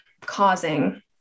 causing